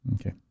Okay